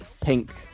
pink